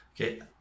okay